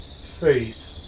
faith